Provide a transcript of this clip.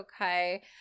okay